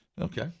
Okay